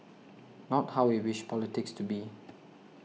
not how we wish politics to be